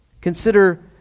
Consider